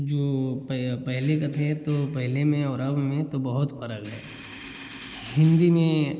जो पै पहले का थे तो पहले में और अब में तो बहुत फर्क है हिंदी में